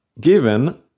given